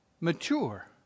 mature